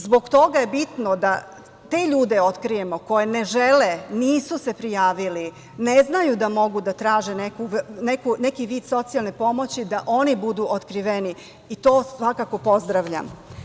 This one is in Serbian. Zbog toga je bitno da te ljude otkrijemo, koje ne žele, nisu se prijavili, ne znaju da mogu da traže neki vid socijalne pomoći da oni budu otkriveni i to svakako pozdravljam.